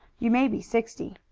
you may be sixty.